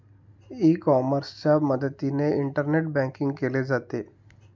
E कॉमर्सच्या मदतीने internet banking केले जाते